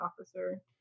officer